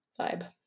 vibe